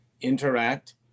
interact